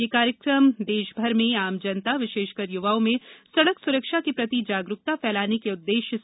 इस कार्यक्रम को देशभर में आम जनता विशेषकर युवाओं में सड़क सुरक्षा के प्रति जागरुकता फैलाने के उद्देश्य से किया जा रहा है